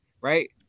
Right